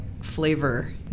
flavor